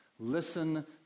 Listen